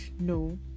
no